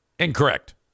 Incorrect